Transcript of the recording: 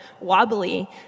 wobbly